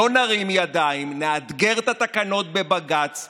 400,000 תלמידים לא יכולים ללמוד באופן סדיר בבתי הספר מאז חודש מרץ.